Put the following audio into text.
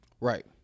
right